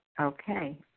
Okay